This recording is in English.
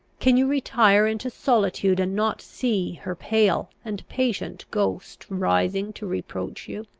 can you retire into solitude, and not see her pale and patient ghost rising to reproach you?